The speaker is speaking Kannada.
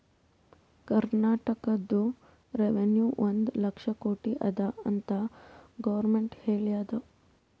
ಕರ್ನಾಟಕದು ರೆವೆನ್ಯೂ ಒಂದ್ ಲಕ್ಷ ಕೋಟಿ ಅದ ಅಂತ್ ಗೊರ್ಮೆಂಟ್ ಹೇಳ್ಯಾದ್